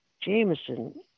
Jameson